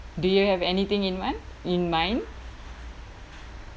do you have anything in mind in mind